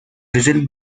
whistle